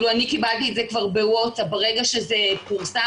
אני קיבלתי את זה בווטסאפ ברגע שזה פורסם